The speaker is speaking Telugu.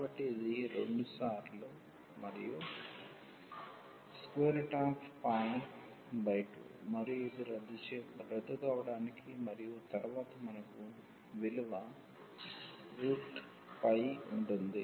కాబట్టి ఇది 2 సార్లు మరియు 2 మరియు ఇది రద్దు కావడానికి మరియు తరువాత మనకు విలువ ఉంటుంది